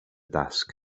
dasg